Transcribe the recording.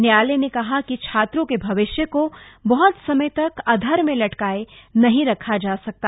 न्यायालय ने कहा कि छात्रों के भविष्य को बहत समय तक अधर में लटकाए नहीं रखा जा सकता